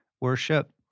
worship